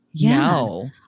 No